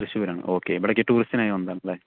തൃശ്ശൂർ ആണ് ഓക്കെ ഇവിടേയ്ക്ക് ടൂറിസ്റ്റിനായി വന്നതാണല്ലേ